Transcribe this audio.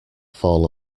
fall